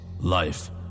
life